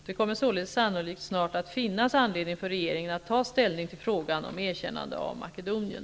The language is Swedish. Det kommer således sannolikt snart att finnas anledning för regeringen att ta ställning till frågan om erkännande av Makedonien.